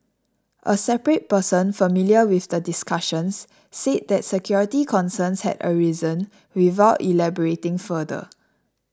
a separate person familiar with the discussions said that security concerns had arisen without elaborating further